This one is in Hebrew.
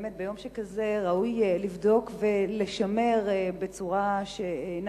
באמת ביום שכזה ראוי לבדוק ולשמר בצורה שאינה